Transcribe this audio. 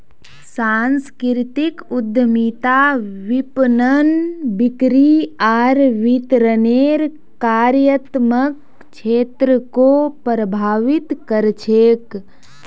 सांस्कृतिक उद्यमिता विपणन, बिक्री आर वितरनेर कार्यात्मक क्षेत्रको प्रभावित कर छेक